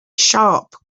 sharp